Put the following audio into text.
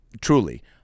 truly